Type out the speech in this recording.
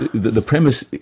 the premise,